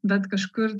bet kažkur tai